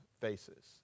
faces